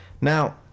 Now